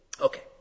Okay